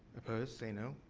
opposed, say, no.